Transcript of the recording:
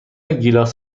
گیلاس